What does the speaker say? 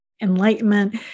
enlightenment